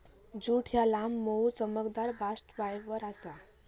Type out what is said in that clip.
jute ह्या लांब, मऊ, चमकदार बास्ट फायबर आसा